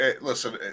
listen